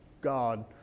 God